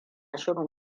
shirin